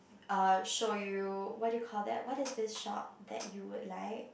uh show you what you call that what is this shop that you would like